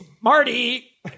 Marty